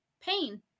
pain